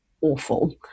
awful